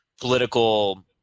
political